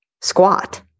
squat